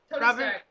Robert